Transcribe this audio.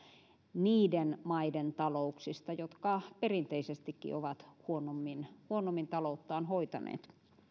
niiden maiden talouksista jotka perinteisestikin ovat huonommin huonommin talouttaan hoitaneet